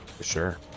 Sure